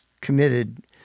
committed